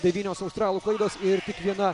devynios australų klaidos ir kiekviena